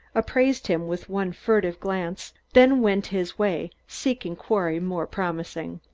appraised him with one furtive glance, then went his way, seeking quarry more promising.